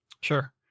Sure